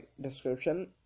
description